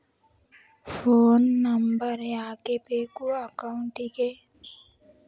Phone number ಯಾಕೆ ಬೇಕು ಅಕೌಂಟಿಗೆ?